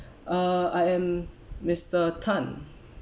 uh I am mister Tan